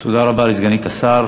תודה רבה לסגנית השר.